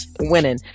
winning